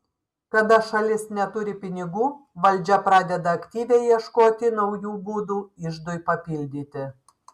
kada šalis neturi pinigų valdžia pradeda aktyviai ieškoti naujų būdų iždui papildyti